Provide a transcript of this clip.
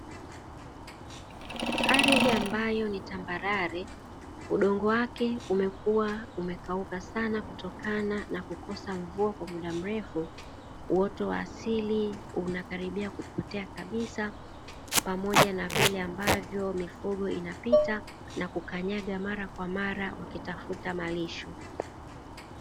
Ardhi ambayo ni tambarare, udongo wake umekuwa umekauka sana kutokana na kukosa mvua kwa muda mrefu, uoto wa asili unakaribia kupotea kabisa, pamoja na vile ambavyo mifugo inapita, na kukanyaga mara kwa mara wakitafuta malisho.